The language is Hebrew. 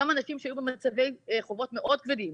גם אנשים שהיו במצבי חובות מאוד כבדים,